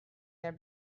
their